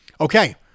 Okay